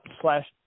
slash